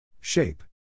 Shape